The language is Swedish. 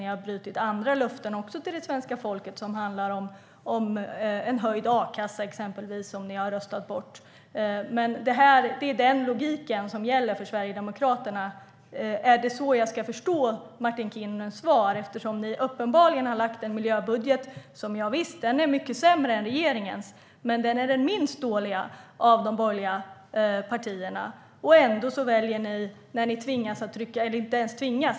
Ni har brutit andra löften till svenska folket tidigare, exempelvis när det gäller höjd a-kassa som ni har röstat bort. Är det den logiken som gäller för Sverigedemokraterna? Är det så jag ska förstå ditt svar? Ni har uppenbarligen lagt fram en miljöbudget som visserligen är mycket sämre än regeringens men som är den minst dåliga av oppositionens budgetförslag.